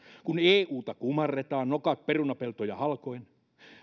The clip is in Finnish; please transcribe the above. kun euta kumarretaan nokat perunapeltoja halkoen